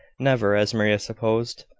never, as maria supposed,